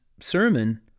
sermon